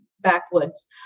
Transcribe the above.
backwoods